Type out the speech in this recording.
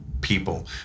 people